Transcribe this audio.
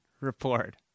report